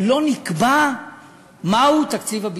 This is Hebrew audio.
לא נקבע מהו תקציב הביטחון.